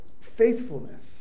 faithfulness